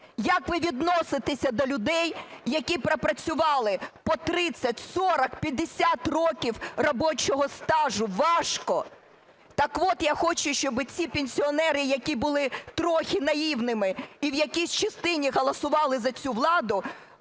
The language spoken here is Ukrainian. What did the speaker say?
Як ви відноситеся до людей, які пропрацювали по 30, 40, 50 років робочого стажу важко? Так от я хочу, щоби ці пенсіонери, які були трохи наївними і в якійсь частині голосували за цю владу,